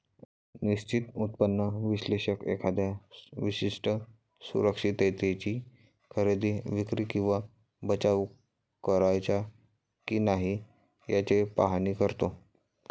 निश्चित उत्पन्न विश्लेषक एखाद्या विशिष्ट सुरक्षिततेची खरेदी, विक्री किंवा बचाव करायचा की नाही याचे पाहणी करतो